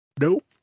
Nope